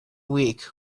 weak